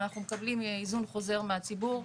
ואנחנו מקבלים היזון חוזר מהציבור.